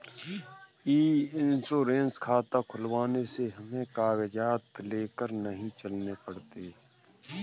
ई insurance खाता खुलवाने से हमें कागजात लेकर नहीं चलने पड़ते